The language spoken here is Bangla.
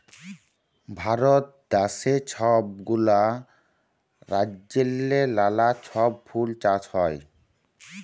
ভারত দ্যাশে ছব গুলা রাজ্যেল্লে লালা ছব ফুল চাষ হ্যয়